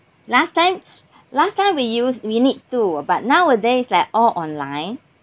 last time last time we use we need to but nowadays like all online